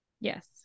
Yes